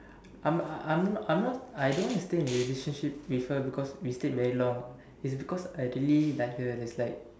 I'm I'm I'm not I don't want to stay in a relationship with her because we stead very long it's because I really like her it's like